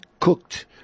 cooked